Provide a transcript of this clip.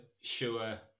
sure